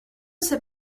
sais